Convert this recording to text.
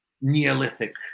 Neolithic